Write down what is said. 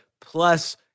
plus